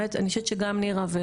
אני חושבת שגם נירה,